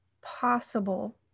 possible